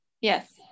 Yes